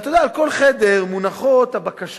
ואתה יודע, בכל חדר מונחות הבקשות